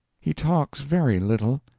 he talks very little.